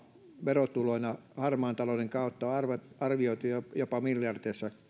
verotuloina harmaan talouden kautta on arvioitu jopa miljardeissa